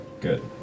Good